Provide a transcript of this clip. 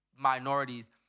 minorities